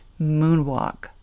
moonwalk